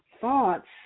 thoughts